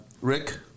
Rick